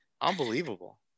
unbelievable